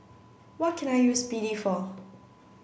what can I use B D for